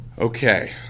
Okay